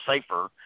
safer